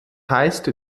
heißt